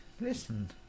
listen